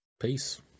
peace